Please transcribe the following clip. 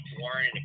warren